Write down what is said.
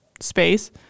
space